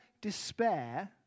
despair